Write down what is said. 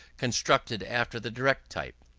constructed after the direct type.